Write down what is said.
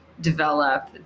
Develop